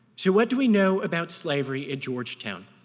so what do we know about slavery in georgetown?